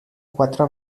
quatre